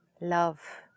love